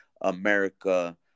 America